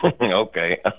Okay